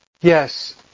Yes